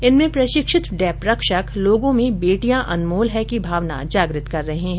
इनमें प्रशिक्षित डेप रक्षक लोगों में बेटियां अनमोल हैं की भावना जागृत कर रहे है